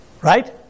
Right